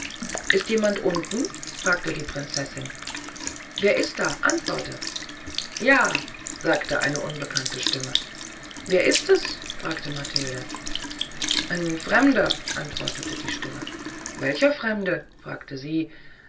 ist jemand unten fragte die prinzessin wer da ist antworte ja sagte eine unbekannte stimme wer ist es fragte matilde ein fremder antwortete die stimme welcher fremde fragte sie